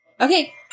Okay